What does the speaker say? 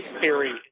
theory-